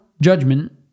judgment